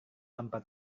tanpa